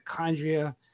mitochondria